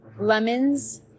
lemons